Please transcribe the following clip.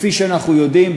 וכפי שאנחנו יודעים,